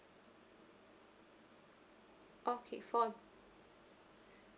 okay for a